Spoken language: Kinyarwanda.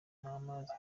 amazi